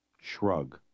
shrug